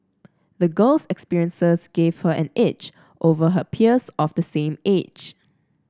the girl's experiences gave her an edge over her peers of the same age